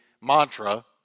mantra